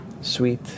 sweet